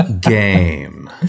game